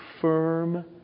firm